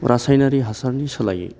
रासायनारि हासारनि सोलायै